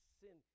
sin